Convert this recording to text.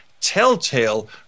Telltale